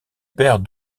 père